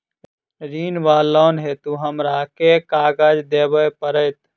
ऋण वा लोन हेतु हमरा केँ कागज देबै पड़त?